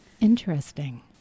interesting